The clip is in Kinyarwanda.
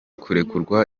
kurekurwa